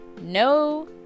no